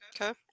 Okay